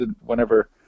whenever